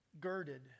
girded